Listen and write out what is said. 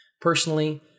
Personally